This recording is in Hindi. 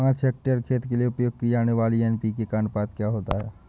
पाँच हेक्टेयर खेत के लिए उपयोग की जाने वाली एन.पी.के का अनुपात क्या होता है?